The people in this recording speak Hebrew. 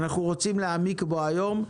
אנחנו רוצים להעמיק בו היום,